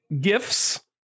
gifts